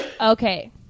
Okay